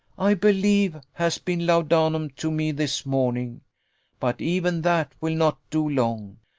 i believe, has been laudanum to me this morning but even that will not do long,